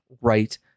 right